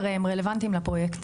הרי הם רלוונטיים לפרויקט.